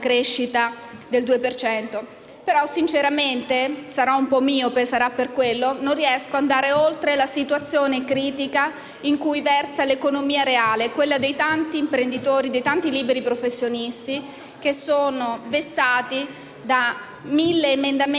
po' miope - non riesco ad andare oltre la situazione critica in cui versa l'economia reale, quella dei tanti imprenditori e liberi professionisti, che sono vessati da mille emendamenti